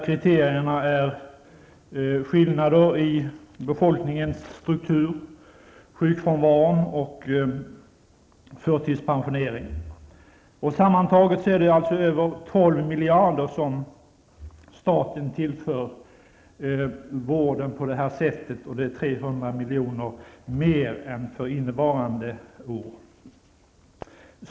Kriterierna är skillnader i befolkningens struktur, sjukfrånvaron och förtidspensionering. Sammantaget skall staten tillföra vården över 12 miljarder på det här sättet. Det är 300 miljoner mer än för innevarande år.